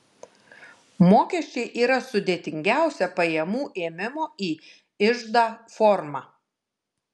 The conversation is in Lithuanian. mokesčiai yra sudėtingiausia pajamų ėmimo į iždą forma